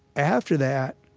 after that,